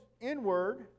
inward